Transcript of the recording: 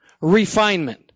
Refinement